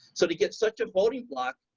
so to get such a voting bloc,